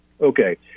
okay